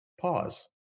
pause